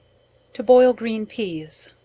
to boil green peas.